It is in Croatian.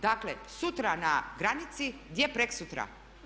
Dakle, sutra na granici, gdje preksutra?